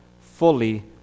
fully